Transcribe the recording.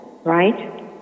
Right